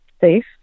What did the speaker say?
safe